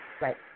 right